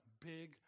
big